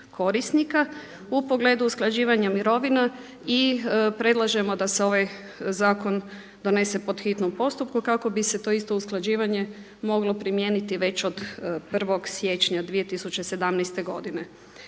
korisnika u pogledu usklađivanja mirovina. I predlažemo da se ovaj zakon donese po hitnom postupku kako bi se to isto usklađivanje moglo primijeniti već od 1. siječnja 2017. godine.